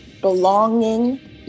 belonging